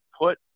put